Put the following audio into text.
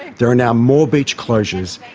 there are now more beach closures,